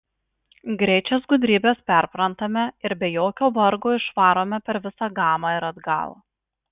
greit šias gudrybes perprantame ir be jokio vargo išvarome per visą gamą ir atgal